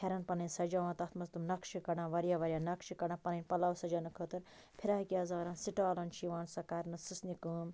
پھیٚرَن پَننۍ سَجاوان تتھ مَنٛز تِم نَقشہِ کَڑان واریاہ نَقشہٕ کَڑان پَننۍ پَلَو سَجاونہٕ خٲطر فِراق یَزارَن سٹالَن چھِ یِوان سۄ کَرنہٕ سٕژنہِ کٲم